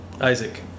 Isaac